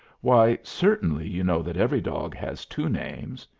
why, certainly you know that every dog has two names.